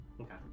Okay